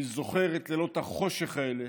אני זוכר את לילות החושך האלה